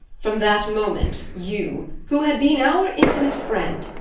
from that moment you, who had been our intimate friend,